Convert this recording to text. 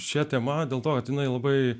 šia tema dėl to tikrai labai